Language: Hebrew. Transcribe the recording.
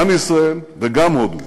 גם ישראל וגם הודו